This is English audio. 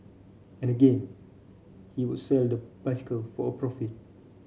and again he would sell the bicycle for a profit